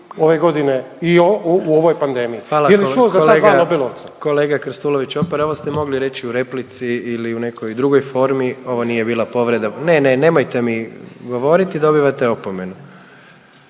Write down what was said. **Jandroković, Gordan (HDZ)** Kolega Krstulović Opara ovo ste mogli reći u replici ili u nekoj drugoj formi ovo nije bila povreda, ne, ne nemojte mi govoriti dobivate opomenu.